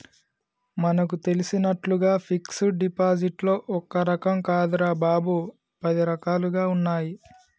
మనకు తెలిసినట్లుగా ఫిక్సడ్ డిపాజిట్లో ఒక్క రకం కాదురా బాబూ, పది రకాలుగా ఉన్నాయి